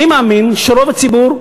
אני מאמין שרוב הציבור,